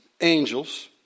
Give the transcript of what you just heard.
angels